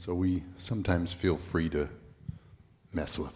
so we sometimes feel free to mess with